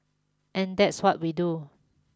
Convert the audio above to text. and that's what we do